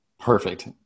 Perfect